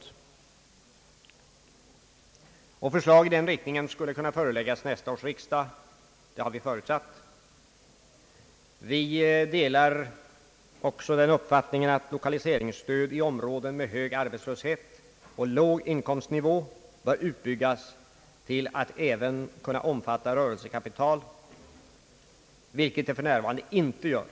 Vi har förutsatt att förslag i den riktningen skall kunna föreläggas nästa års riksdag. Vi delar också den uppfattningen att lokaliseringsstöd i områden med hög arbetslöshet och låg inkomstnivå bör utbyggas till att även omfatta rörelsekapital, vilket för närvarande inte är fallet.